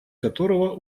которого